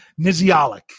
Nizialik